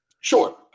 Sure